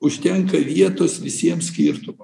užtenka vietos visiem skirtumam